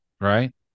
right